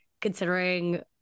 considering